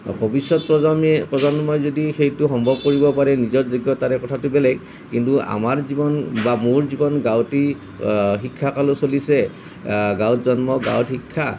ভৱিষ্যৎ প্ৰজন্মই যদি সেইটো সম্ভৱ কৰিব পাৰে নিজৰ যোগ্যতাৰে কথাটো বেলেগ কিন্তু আমাৰ জীৱন বা মোৰ জীৱন গাঁৱতেই শিক্ষাকালো চলিছে গাঁৱত জন্ম গাঁৱত শিক্ষা